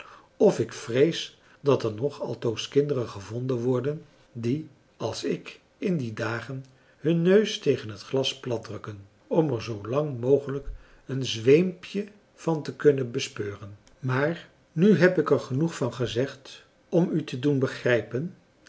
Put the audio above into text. of ik vrees dat er nog altoos kinderen gevonden worden die als ik in die dagen hun neus tegen het glas platdrukken om er zoo lang mogelijk een zweempje van te kunnen bespeuren maar nu heb ik er genoeg van gezegd om u te doen begrijpen